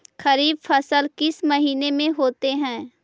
खरिफ फसल किस महीने में होते हैं?